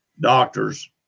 doctors